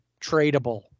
tradable